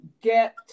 get